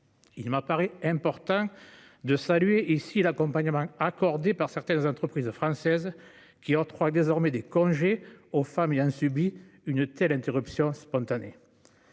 Il m'apparaît important de saluer ici l'accompagnement accordé par certaines entreprises françaises, qui octroient désormais des congés aux femmes ayant subi une interruption spontanée